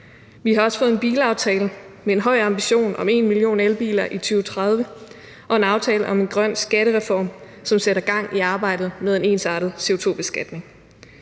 Vi har også fået en bilaftale med en høj ambition om 1 million elbiler i 2030 og en aftale om en grøn skattereform, som sætter gang i arbejdet med en ensartet CO2-beskatning.